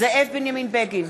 זאב בנימין בגין,